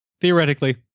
theoretically